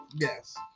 Yes